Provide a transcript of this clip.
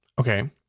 Okay